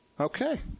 Okay